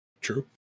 True